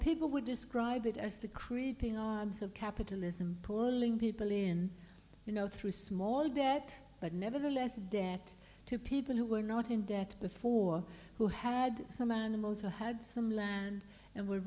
people would describe it as the creeping arms of capitalism poor people in you know through small debt but nevertheless a debt to people who were not in debt before who had some animals or had some land and were